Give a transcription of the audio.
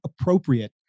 appropriate